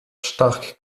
stark